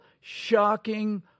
shocking